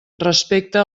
respecte